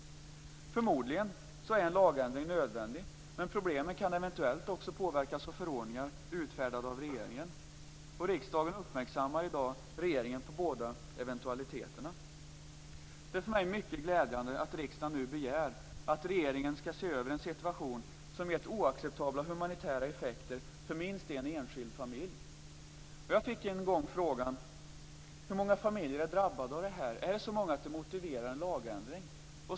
Förmodligen är en lagändring nödvändig. Men problemet kan eventuellt också påverkas av förordningar utfärdade av regeringen. Riksdagen uppmärksammar i dag regeringen på båda eventualiteterna. Det är för mig mycket glädjande att riksdagen nu begär att regeringen skall se över en situation som humanitärt gett oacceptabla effekter för minst en enskild familj. Jag fick en gång frågan hur många familjer detta drabbade. Är det så många att det motiverar en lagändring?